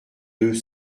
deux